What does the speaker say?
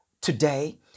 today